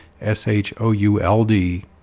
S-H-O-U-L-D